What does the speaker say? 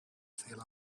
feel